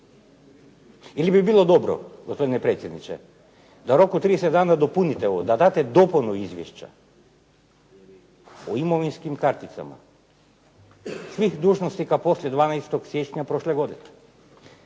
Ili bi bilo dobro gospodine predsjedniče, da u roku 30 dana dopunite ovo, da date dopunu izvješća o imovinskim karticama svih dužnosnika poslije 12. siječnja prošle godine.